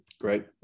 Great